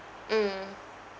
mm